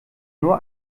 nur